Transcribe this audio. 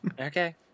Okay